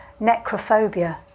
necrophobia